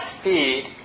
speed